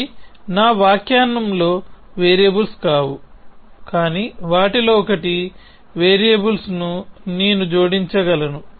అవి నా వాక్యంలో వేరియబుల్స్ కాదు కాని వాటిలో ఒకటి వేరియబుల్స్ ను నేను జోడించగలను